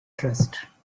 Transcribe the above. trust